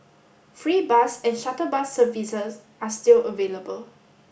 free bus and shuttle bus services are still available